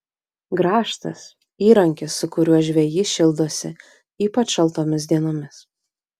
grąžtas įrankis su kuriuo žvejys šildosi ypač šaltomis dienomis